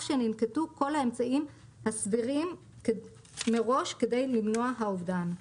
שננקטו כל האמצעים הסבירים מראש כדי למנוע האובדן;